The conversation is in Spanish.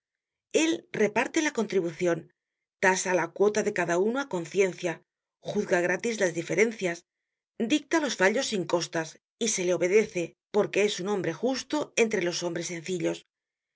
el reparte la contribucion tasa la cuota de cada uno á conciencia juzga gratis las diferencias dicta los fallos sin costas y se le obedece porque es un hombre justo entre los hombres sencillos